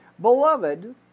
Beloved